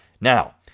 Now